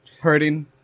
hurting